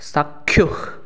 চাক্ষুষ